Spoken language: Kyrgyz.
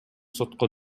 сотко